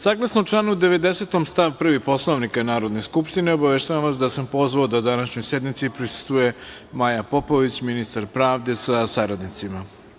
Saglasno članu 90. stav 1. Poslovnika Narodne skupštine, obaveštavam vas da sam pozvao da današnjoj sednici prisustvuje Maja Popović, ministar pravde, sa saradnicima.